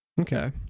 Okay